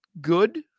good